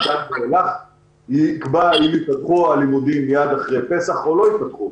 מכאן ואילך יקבע אם ייפתחו הלימודים מיד אחרי פסח או לא ייפתחו.